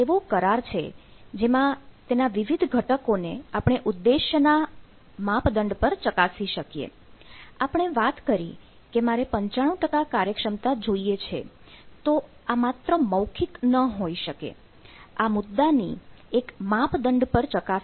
S